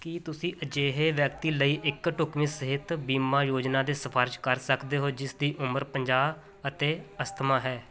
ਕੀ ਤੁਸੀਂ ਕਿਸੇ ਅਜਿਹੇ ਵਿਅਕਤੀ ਲਈ ਇੱਕ ਢੁੱਕਵੀਂ ਸਿਹਤ ਬੀਮਾ ਯੋਜਨਾ ਦੀ ਸਿਫਾਰਸ਼ ਕਰ ਸਕਦੇ ਹੋ ਜਿਸ ਦੀ ਉਮਰ ਪੰਜਾਹ ਅਤੇ ਅਸਥਮਾ ਹੈ